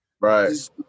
Right